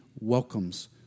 welcomes